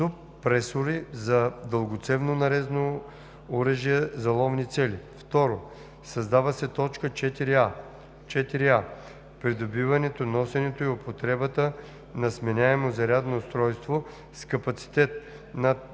суппресори за дългоцевно нарезно оръжие за ловни цели“. 2. Създава се т. 4а: „4а. придобиването, носенето и употребата на сменяемо зарядно устройство с капацитет над 20